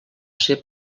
ser